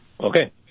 Okay